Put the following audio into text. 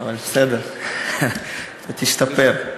אבל בסדר, אתה תשתפר.